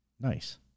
Nice